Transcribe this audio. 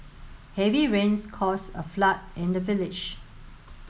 heavy rains caused a flood in the village